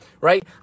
right